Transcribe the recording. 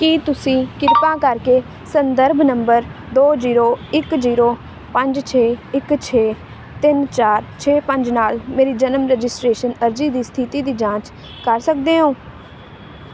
ਕੀ ਤੁਸੀਂ ਕਿਰਪਾ ਕਰਕੇ ਸੰਦਰਭ ਨੰਬਰ ਦੋ ਜ਼ੀਰੋ ਇੱਕ ਜ਼ੀਰੋ ਪੰਜ ਛੇ ਇੱਕ ਛੇ ਤਿੰਨ ਚਾਰ ਛੇ ਪੰਜ ਨਾਲ ਮੇਰੀ ਜਨਮ ਰਜਿਸਟ੍ਰੇਸ਼ਨ ਅਰਜ਼ੀ ਦੀ ਸਥਿਤੀ ਦੀ ਜਾਂਚ ਕਰ ਸਕਦੇ ਹੋ